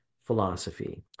philosophy